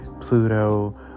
Pluto